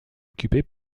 occupée